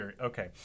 Okay